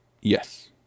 Yes